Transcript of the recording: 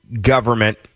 government